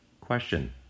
Question